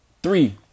Three